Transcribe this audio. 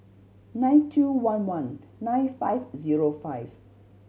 nine two one one nine five zero five